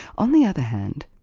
on the other hand,